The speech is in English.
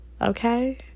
Okay